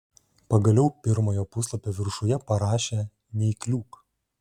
pagaliau pirmojo puslapio viršuje parašė neįkliūk